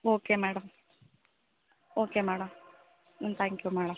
okay madam okay madam hmm thank you madam